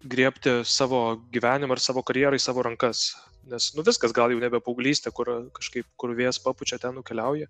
griebti savo gyvenimą ir savo karjerą į savo rankas nes nu viskas gal jau nebe paauglystė kur kažkaip kur vėjas papučia ten nukeliauji